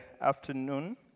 afternoon